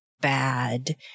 bad